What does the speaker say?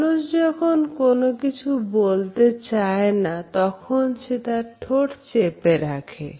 মানুষ যখন কোন কিছু বলতে চায় না তখন সে তার ঠোঁট চেপে রাখে